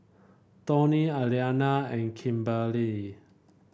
Toney Elianna and Kimberli